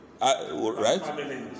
right